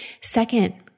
Second